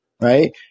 right